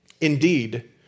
Indeed